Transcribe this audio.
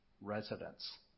residents